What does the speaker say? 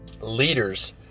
leaders